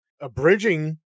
abridging